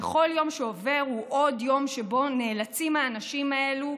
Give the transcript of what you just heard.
וכל יום שעובר הוא עוד יום שבו נאלצים האנשים האלו,